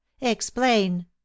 Explain